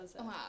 Wow